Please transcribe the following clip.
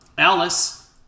Alice